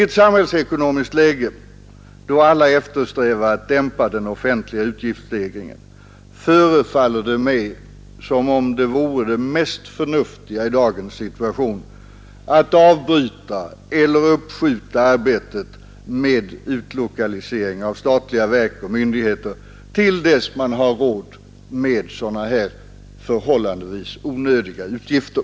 I ett samhällsekonomiskt läge, då alla eftersträvar att dämpa den offentliga utgiftsstegringen, förefaller det mig som om det mest förnuftiga i dagens situation vore att avbryta eller uppskjuta arbetet med utlokalisering av statliga verk och myndigheter, till dess man har råd med sådana förhållandevis onödiga utgifter.